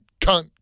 cunt